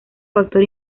factor